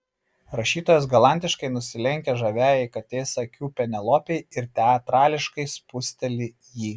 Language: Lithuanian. rašytojas galantiškai nusilenkia žaviajai katės akių penelopei ir teatrališkai spusteli jį